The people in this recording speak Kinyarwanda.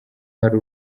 hari